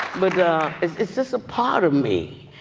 but it's it's just a part of me.